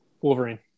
Wolverine